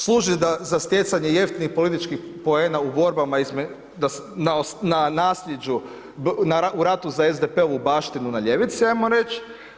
Služi za stjecanje jeftinih političkih poena u borbama na nasljeđu, u ratu za SDP-ovu baštinu na ljevici, ajmo reći.